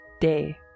day